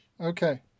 Okay